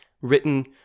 written